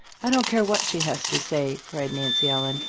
i don't care what she has to say! cried nancy ellen.